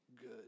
good